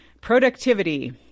productivity